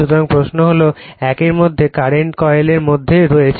সুতরাং প্রশ্ন হলো একের মধ্যে কারেন্ট কয়েলের মধ্যে রয়েছে